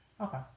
Okay